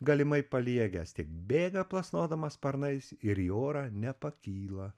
galimai paliegęs tik bėga plasnodamas sparnais ir į orą nepakyla